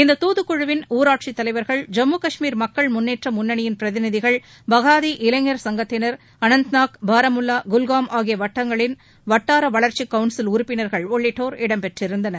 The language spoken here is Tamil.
இந்த தூதுக்குழுவின் ஊராட்சித் தலைவர்கள் ஜம்மு காஷ்மீர் மக்கள் முன்னேற்ற முன்னணியின் பிரதிநிதிகள் பகாதி இளைஞர் சங்கத்தினர் அனந்த்நாக் பாரமுல்லா குல்காம் ஆகிய வட்டாரங்களின் வட்டார வளர்ச்சி கவுன்சில் உறுப்பினர்கள் உள்ளிட்டோர் இடம்பெற்றிருந்தனர்